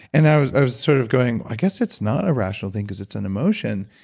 and i was i was sort of going, i guess it's not a rational thing, because it's an emotion.